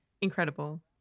Incredible